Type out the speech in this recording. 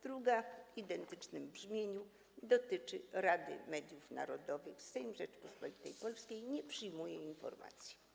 Druga, w identycznym brzmieniu, dotyczy Rady Mediów Narodowych: Sejm Rzeczypospolitej Polskiej nie przyjmuje informacji.